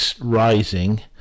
rising